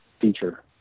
feature